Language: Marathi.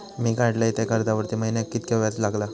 मी काडलय त्या कर्जावरती महिन्याक कीतक्या व्याज लागला?